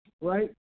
right